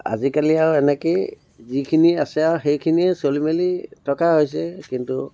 আজিকালি আৰু এনেকেই যিখিনি আছে আও সেইখিনিয়ে চলি মেলি থকা হৈছে কিন্তু